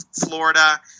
Florida